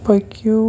پٔکِو